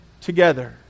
together